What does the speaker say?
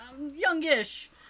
youngish